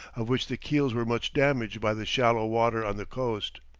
of which the keels were much damaged by the shallow water on the coast.